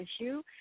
issue